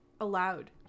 allowed